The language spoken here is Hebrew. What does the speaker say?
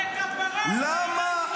תלך כפרה על --- אתה באבל על נסראללה?